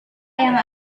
yang